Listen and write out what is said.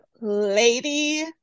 Lady